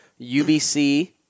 UBC